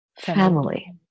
family